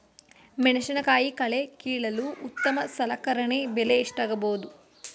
ಮೆಣಸಿನಕಾಯಿ ಕಳೆ ಕೀಳಲು ಉತ್ತಮ ಸಲಕರಣೆ ಬೆಲೆ ಎಷ್ಟಾಗಬಹುದು?